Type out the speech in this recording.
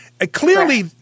Clearly